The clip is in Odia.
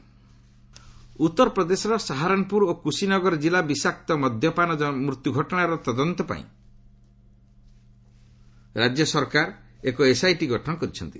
ୟୁପି ଏସ୍ଆଇଟି ଉତ୍ତର ପ୍ରଦେଶର ସାହାରାନ୍ପୁର ଓ କୁଶିନଗର ଜିଲ୍ଲା ବିଷାକ୍ତ ମଦ୍ୟପାନ ମୃତ୍ୟ ଘଟଣାର ତଦନ୍ତପାଇଁ ରାଜ୍ୟ ସରକାର ଏକ ଏସ୍ଆଇଟି ଗଠନ କରିଛନ୍ତି